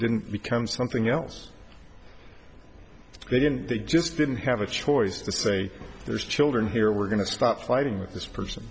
didn't become something else they didn't they just didn't have a choice to say there's children here we're going to stop fighting with this person